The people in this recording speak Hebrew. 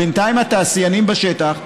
בינתיים התעשיינים בשטח,